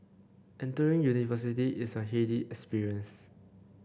entering university is a heady experience